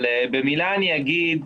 אבל במילה אני אגיד,